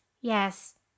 Yes